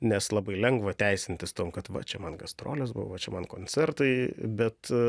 nes labai lengva teisintis tuom kad va čia man gastrolės buvo čia man koncertai bet